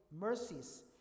mercies